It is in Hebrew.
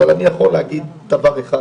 אבל אני יכול להגיד דבר אחד: